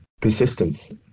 persistence